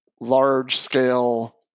large-scale